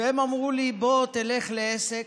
והם אמרו לי: תלך לעסק,